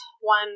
One